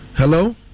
Hello